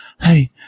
Hey